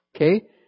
Okay